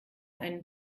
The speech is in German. einen